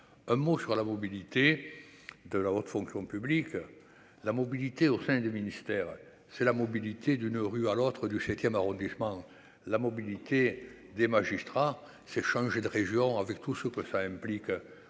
un mot sur la mobilité de la haute fonction publique, la mobilité au sein du ministère, c'est la mobilité d'une rue à l'autre du 7ème arrondissement, la mobilité des magistrats, c'est changer de région, avec tout ce que ça implique